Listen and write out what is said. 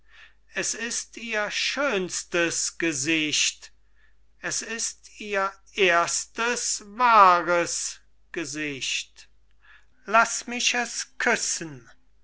hat es ist ihr schönstes gesicht es ist ihr erstes wahres gesicht laß mich es küssen